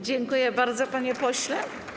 Dziękuję bardzo, panie pośle.